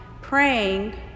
praying